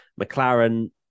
McLaren